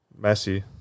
Messi